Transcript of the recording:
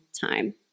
time